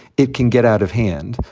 it can get out of hand.